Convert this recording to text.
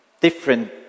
different